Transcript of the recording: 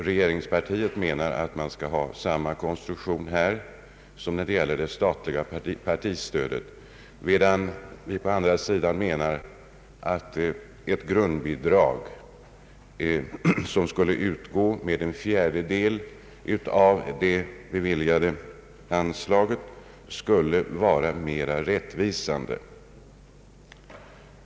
Regeringspartiet menar att man skall ha samma konstruktion här som när det gäller det statliga partistödet, medan vi å vår sida menar att ett grundbidrag som skulle utgå med en fjärdedel av det beviljade anslaget skulle vara mera rättvisande.